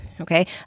Okay